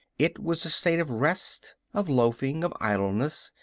it was a state of rest, of loafing, of idleness,